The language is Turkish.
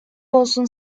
olsun